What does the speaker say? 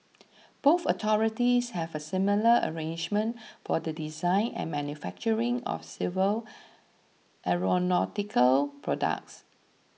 both authorities have a similar arrangement for the design and manufacturing of civil aeronautical products